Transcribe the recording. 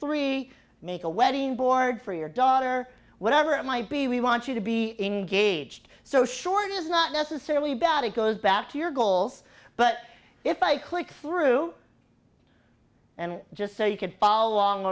we make a wedding board for your daughter whatever it might be we want you to be engaged so short is not necessarily bad it goes back to your goals but if i click through and just so you can follow along